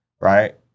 right